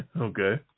Okay